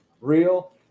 real